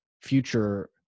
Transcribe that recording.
future